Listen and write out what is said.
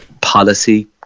policy